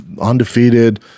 undefeated